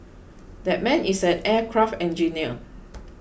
that man is an aircraft engineer